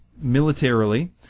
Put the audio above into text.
militarily